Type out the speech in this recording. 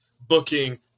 Booking